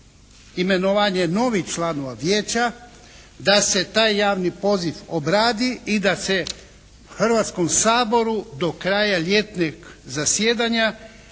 imenovanje novih članova vijeća, da se taj javni poziv obradi i da se Hrvatskom saboru do kraja ljetnog zasjedanja